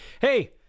Hey